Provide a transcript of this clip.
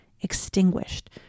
extinguished